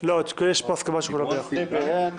רכזת מקרו באגף תקציבים במשרד האוצר.